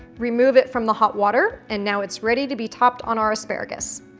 remove it from the hot water and now it's ready to be topped on our asparagus.